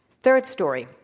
third story.